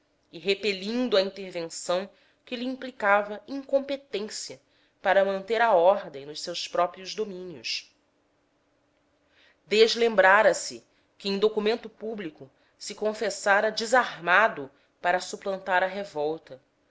e repelindo a intervenção que lhe implicava incompetência para manter a ordem nos seus próprios domínios deslembrara se que em documento público se confessara desarmado para suplantar a revolta